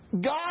God